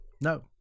no